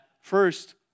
first